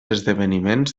esdeveniments